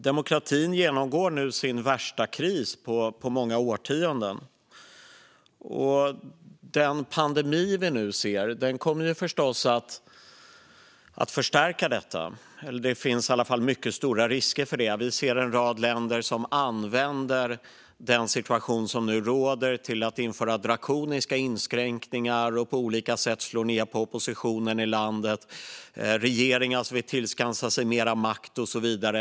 Demokratin genomgår nu sin värsta kris på många årtionden. Den pandemi vi nu ser kommer förstås att förstärka detta. Det finns i alla fall mycket stora risker för det. Vi ser en rad länder som använder den situation som nu råder till att införa drakoniska inskränkningar och på olika sätt slå ned på oppositionen i landet. Det finns regeringar som vill tillskansa sig mer makt och så vidare.